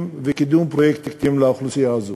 וקידום פרויקטים לאוכלוסייה הזאת.